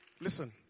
Listen